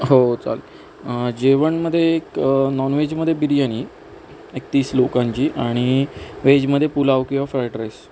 हो चालेल जेवणामध्ये एक नॉनवेजमध्ये बिर्याणी एक तीस लोकांची आणि वेजमध्ये पुलाव किवा फ्राईड राईस